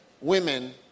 women